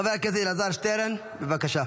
חבר הכנסת אלעזר שטרן, בבקשה.